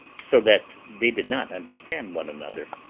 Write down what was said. so that they did not understand one another.